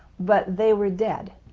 but they were dead,